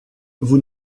vous